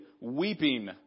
weeping